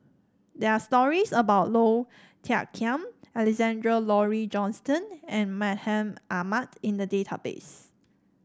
there are stories about Low Thia Khiang Alexander Laurie Johnston and Mahmud Ahmad in the database